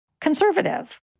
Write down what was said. conservative